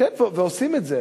כן, ועושים את זה.